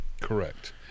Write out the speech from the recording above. Correct